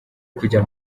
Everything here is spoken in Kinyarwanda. kujya